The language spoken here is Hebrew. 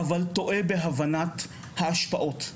אבל טועה בהבנת ההשפעות.